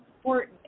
important